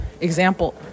example